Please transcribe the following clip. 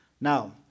Now